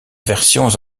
versions